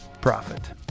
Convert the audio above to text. profit